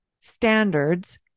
standards